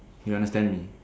you understand me